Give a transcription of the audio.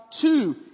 Two